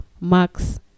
Max